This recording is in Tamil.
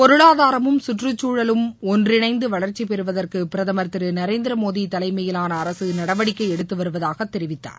பொருளாதாரமும் சுற்றுச்சூழலும் ஒன்றிணைந்து வளர்ச்சி பெறுவதற்கு பிரதமர் திரு நநரேந்திரமோடி தலைமையிலான அரசு நடவடிக்கை எடுத்து வருவதாக தெரிவித்தார்